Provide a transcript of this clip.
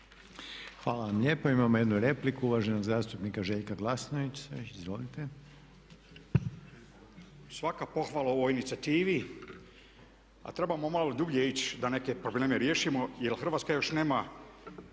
Hvala vam lijepo. Imamo jednu repliku uvaženog zastupnika Željka Glasnovića. Izvolite. **Glasnović, Željko (HDZ)** Svaka pohvala ovoj inicijativi a trebamo malo dublje ići da neke probleme riješimo jer Hrvatska još nema